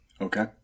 Okay